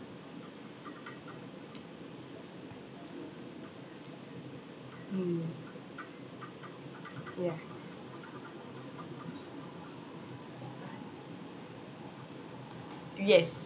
mm yeah yes